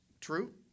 True